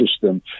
system